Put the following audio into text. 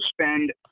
spend